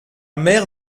mer